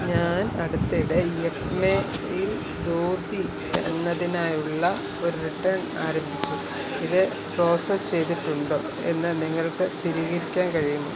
ഞാൻ അടുത്തിടെ യെപ്മേയിൽ ധോതി എന്നതിനായുള്ള ഒരു റിട്ടേൺ ആരംഭിച്ചു ഇത് പ്രോസസ്സ് ചെയ്തിട്ടുണ്ടോ എന്ന് നിങ്ങൾക്ക് സ്ഥിരീകരിക്കാൻ കഴിയുമോ